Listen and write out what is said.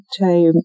time